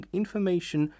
information